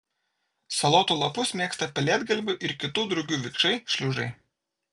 salotų lapus mėgsta pelėdgalvių ir kitų drugių vikšrai šliužai